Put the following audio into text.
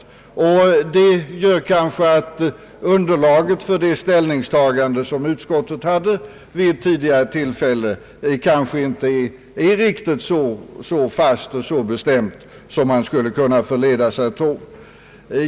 Det betyder att underlaget för utskottets tidigare ställningstagande kanske inte var riktigt så fast och bestämt som man skulle kunna förledas att tro.